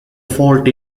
fault